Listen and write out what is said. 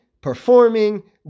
performing